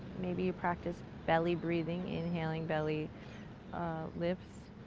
maybe you practice belly breathing, inhaling belly lifts,